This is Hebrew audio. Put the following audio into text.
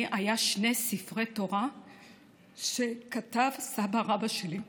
היה שני ספרי תורה שכתב סבא-רבא שלי.